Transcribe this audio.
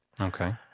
Okay